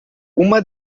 uma